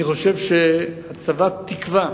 אני חושב שהצבת תקווה,